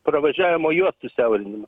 pravažiavimo juostų siaurinima